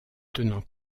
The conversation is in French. tenant